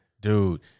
Dude